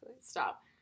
stop